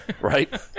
Right